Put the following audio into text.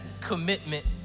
commitment